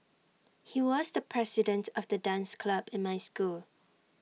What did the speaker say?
he was the president of the dance club in my school